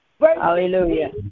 Hallelujah